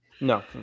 No